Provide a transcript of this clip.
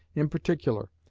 in particular,